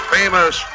famous